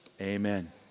amen